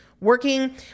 working